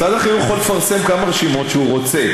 משרד החינוך מפרסם כמה רשימות שהוא רוצה,